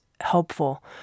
Helpful